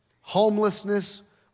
homelessness